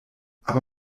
aber